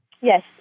Yes